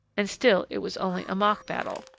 and still it was only a mock-battle.